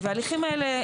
וההליכים האלה,